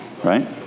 Right